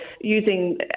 using